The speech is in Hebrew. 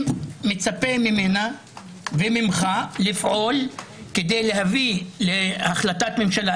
מצפה ממנה וממך לפעול כדי להביא להחלטת ממשלה,